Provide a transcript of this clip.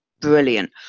brilliant